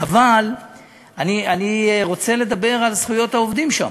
אבל אני רוצה לדבר על זכויות העובדים שם,